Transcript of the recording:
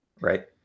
right